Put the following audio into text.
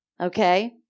okay